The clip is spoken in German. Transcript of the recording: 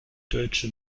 deutsche